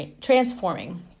transforming